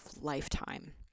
lifetime